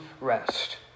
rest